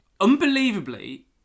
unbelievably